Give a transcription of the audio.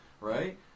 Right